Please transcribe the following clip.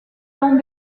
long